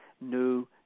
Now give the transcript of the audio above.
new